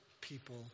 people